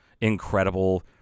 incredible